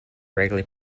regularly